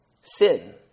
Sin